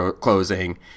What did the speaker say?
closing